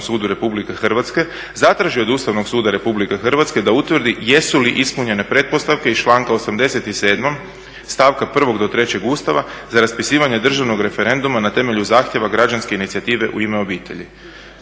sudu RH zatraži od Ustavnog suda RH da utvrdi jesu li ispunjene pretpostavke iz članka 87., stavka 1. do 3. Ustava za raspisivanje državnog referenduma na temelju zahtjeva građanske inicijative "U ime obitelji".